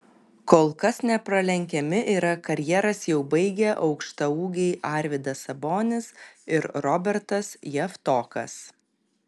kol kas nepralenkiami yra karjeras jau baigę aukštaūgiai arvydas sabonis ir robertas javtokas